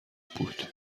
بود